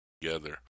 together